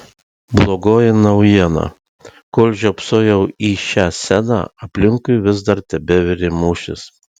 blogoji naujiena kol žiopsojau į šią sceną aplinkui vis dar tebevirė mūšis